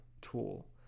tool